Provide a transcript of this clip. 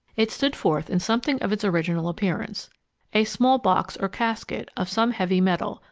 it stood forth in something of its original appearance a small box or casket of some heavy metal,